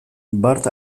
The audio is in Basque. bart